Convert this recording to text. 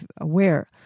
aware